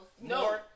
No